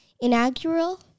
inaugural